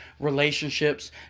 Relationships